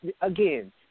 Again